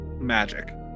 magic